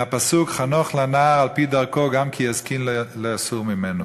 מהפסוק: "חנֹך לנער על פי דרכו גם כי יזקין לא יסור ממנה".